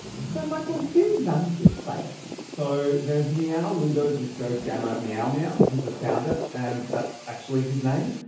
so, michael, who runs this place? so there's meow-ludo disco gamma meow-meow. he's the founder. and that's actually his name.